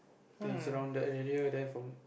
then it's around that area then from